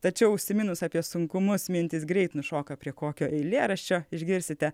tačiau užsiminus apie sunkumus mintys greit nušoka prie kokio eilėraščio išgirsite